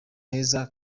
heza